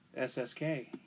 SSK